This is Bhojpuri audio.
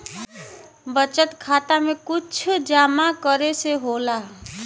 बचत खाता मे कुछ जमा करे से होला?